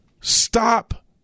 Stop